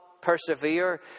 persevere